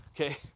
Okay